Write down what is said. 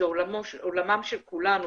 זה עולמם של כולנו